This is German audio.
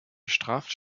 bestraft